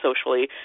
socially